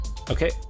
Okay